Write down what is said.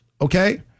okay